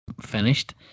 finished